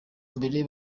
mbere